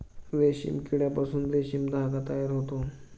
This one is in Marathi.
रेशीम किड्यापासून रेशीम धागा तयार होतो